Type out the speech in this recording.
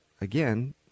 again